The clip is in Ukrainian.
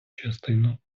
частину